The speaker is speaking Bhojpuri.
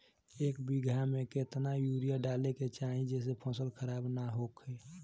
एक बीघा में केतना यूरिया डाले के चाहि जेसे फसल खराब ना होख?